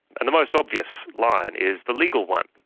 and the most obvious line is the legal one.